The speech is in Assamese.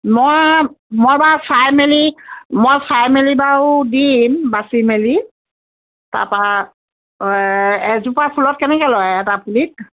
মই মই এবাৰ চাই মেলি মই চাই মেলি বাৰু দিম বাচি মেলি তাপা এজোপা ফুলত কেনেকৈ লয় এটা পুলিত